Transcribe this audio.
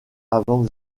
avant